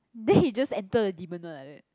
then he just enter the demon orh like that